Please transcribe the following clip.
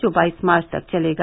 जो बाईस मार्च तक चलेगा